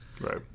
Right